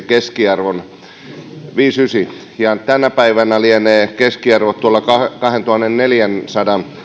keskiarvon viisikymmentäyhdeksän ja tänä päivänä lienee keskiarvo tuolla kahdentuhannenneljänsadan